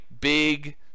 big